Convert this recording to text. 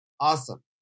awesome